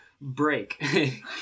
break